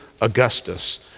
Augustus